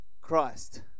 Christ